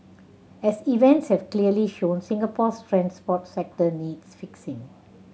as events have clearly shown Singapore's transport sector needs fixing